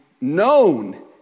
known